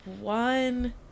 one